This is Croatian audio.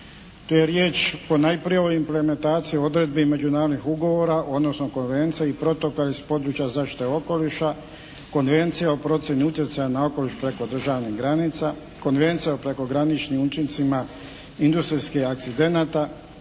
To je riječ ponajprije o implementaciji odredbi međunarodnih ugovora odnosno konvencija i protokola iz područja zaštite okoliša, Konvencija o procjeni utjecaja na okoliš preko državnih granica, Konvencija o prekograničnim učincima industrijskih akcidenata,